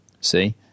see